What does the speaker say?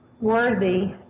worthy